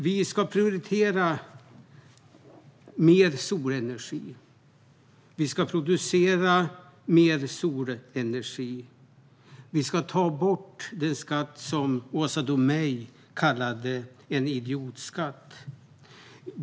Vi ska prioritera mer solenergi, och vi ska producera mer solenergi. Vi ska ta bort den skatt som Åsa Domeij kallade en "idiotskatt".